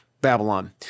Babylon